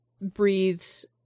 breathes